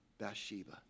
Bathsheba